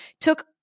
Took